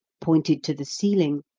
pointed to the ceiling,